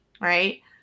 right